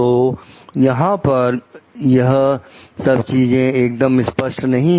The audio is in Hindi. तो यहां पर यह सब चीजें एकदम स्पष्ट नहीं है